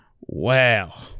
Wow